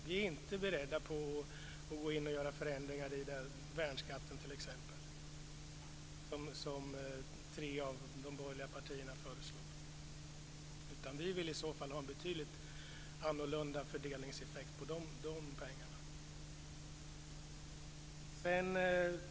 Vi är inte beredda att göra förändringar i t.ex. värnskatten, som tre av de borgerliga partierna föreslår. Vi vill i så fall ha en betydligt annorlunda fördelningseffekt på de pengarna.